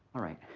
all right,